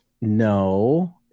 No